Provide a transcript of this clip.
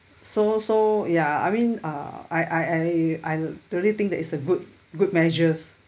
so so ya I mean uh I I I really think that is a good good measures